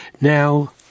Now